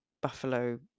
buffalo